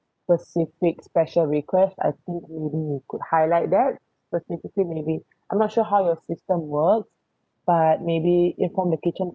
specific special request I think maybe you could highlight that specifically maybe I'm not sure how your system works but maybe inform the kitchen